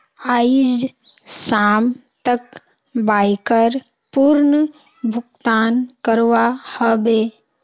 आइज शाम तक बाइकर पूर्ण भुक्तान करवा ह बे